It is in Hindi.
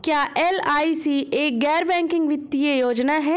क्या एल.आई.सी एक गैर बैंकिंग वित्तीय योजना है?